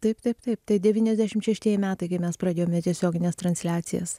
taip taip taip tai devyniasdešimt šeštieji metai kai mes pradėjome tiesiogines transliacijas